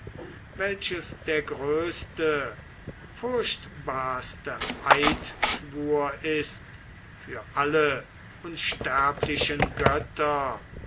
welches der größte furchtbarste eidschwur ist für alle unsterblichen götter